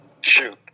shoot